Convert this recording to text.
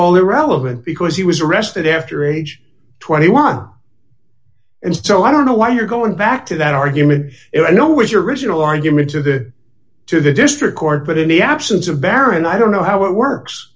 only relevant because he was arrested after age twenty one and so i don't know why you're going back to that argument you know with your original argument to the to the district court but in the absence of baron i don't know how it works